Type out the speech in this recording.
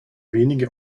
wenige